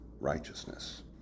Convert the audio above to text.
righteousness